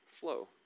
flow